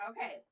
Okay